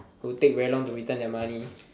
who take very long to return their money